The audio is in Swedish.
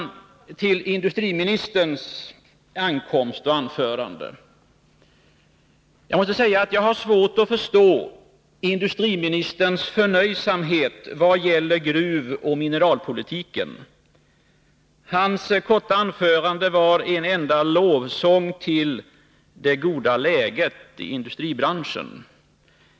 Så till industriministerns anförande: Jag måste säga att jag har svårt att förstå industriministerns förnöjsamhet när det gäller gruvoch mineralpolitiken. Hans korta anförande var en enda lovsång till det goda läget i industribranschen.